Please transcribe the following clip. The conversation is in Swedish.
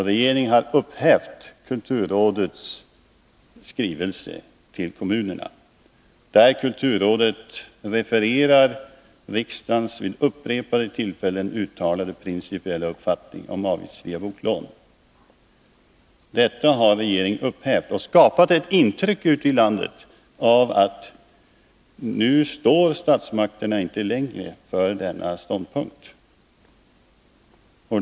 Regeringen har upphävt kulturrådets skrivelse till kommunerna, där kulturrådet refererar riksdagens vid upprepade tillfällen uttalade principiella uppfattning om avgiftsfria boklån. Detta har regeringen upphävt och skapat ett intryck ute i landet av att nu står statsmakterna inte längre för denna ståndpunkt.